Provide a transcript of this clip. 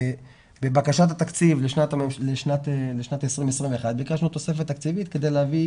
ובבקשת התקציב לשנת 2021 ביקשנו תוספת תקציבית כדי להביא